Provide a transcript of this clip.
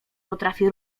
potrafi